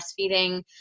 breastfeeding